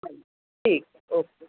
हा ठीकु ओके